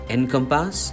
Encompass